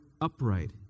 upright